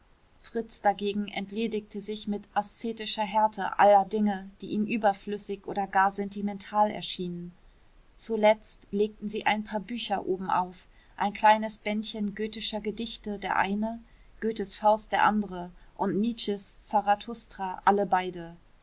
fritz dagegen entledigte sich mit aszetischer härte aller dinge die ihm überflüssig oder gar sentimental erschienen zuletzt legten sie ein paar bücher obenauf ein kleines bändchen goethescher gedichte der eine goethes faust der andere und nietzsches zarathustra alle beide